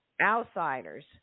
outsiders